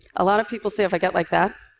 a lot of people say, if i get like that,